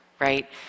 right